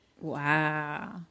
Wow